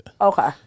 Okay